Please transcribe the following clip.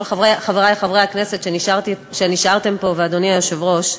חברי חברי הכנסת שנשארתם פה ואדוני היושב-ראש,